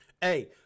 Hey